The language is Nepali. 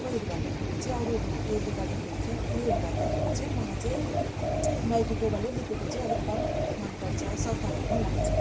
उयोहरू भन्दाखेरि चाहिँ अरूहरू उयसले गर्दाखेरि चाहिँ अब उयोहरू भन्दाखेरि चाहिँ मलाई चाहिँ गाईको गोबरले लिपेको चाहिँ अलिक भए पनि मन पर्छ सफाहरू पनि लाग्छ